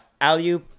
Alu